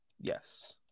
Yes